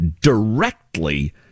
directly